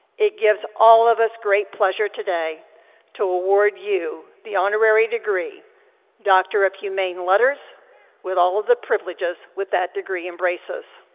it gives all of us great pleasure today to award you the honorary degree doctor of humane letters with all of the privileges with that degree embraces.